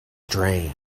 strange